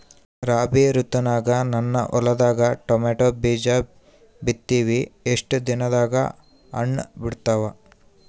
ರಾಬಿ ಋತುನಾಗ ನನ್ನ ಹೊಲದಾಗ ಟೊಮೇಟೊ ಬೀಜ ಬಿತ್ತಿವಿ, ಎಷ್ಟು ದಿನದಾಗ ಹಣ್ಣ ಬಿಡ್ತಾವ?